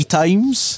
times